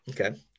Okay